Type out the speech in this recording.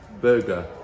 burger